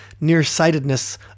nearsightedness